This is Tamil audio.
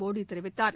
மோடி தெரிவித்தார்